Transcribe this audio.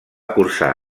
cursar